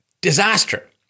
Disaster